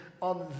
on